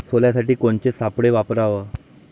सोल्यासाठी कोनचे सापळे वापराव?